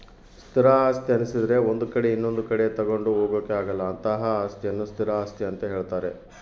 ಸ್ಥಿರ ಆಸ್ತಿ ಅನ್ನಿಸದ್ರೆ ಒಂದು ಕಡೆ ಇನೊಂದು ಕಡೆ ತಗೊಂಡು ಹೋಗೋಕೆ ಆಗಲ್ಲ ಅಂತಹ ಅಸ್ತಿಯನ್ನು ಸ್ಥಿರ ಆಸ್ತಿ ಅಂತ ಹೇಳ್ತಾರೆ